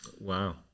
Wow